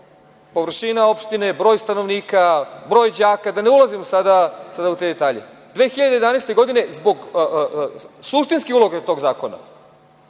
površina opštine, broj stanovnika, broj đaka, da ne ulazim sada u te detalje. Zbog suštinske uloge tog zakona,